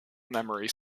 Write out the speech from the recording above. memory